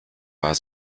war